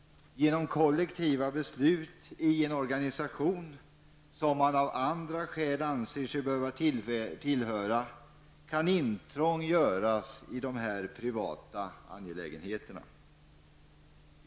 Genom kollektiva beslut i en organisation som man av andra skäl än försäkringsskäl anser sig behöva tillhöra kan intrång göras i de privata angelägenheterna.